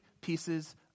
pieces